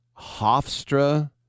Hofstra